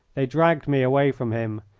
they dragged me away from him.